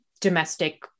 domestic